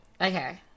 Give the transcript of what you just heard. Okay